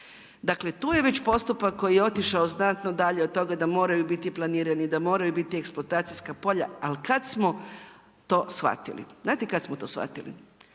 Dakle, tu je već postupak koji je otišao znatno dalje od toga da moraju biti planirani, da moraju biti eksploatacijska polja. Ali kad smo to shvatili? Znate kad smo to shvatili